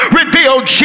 revealed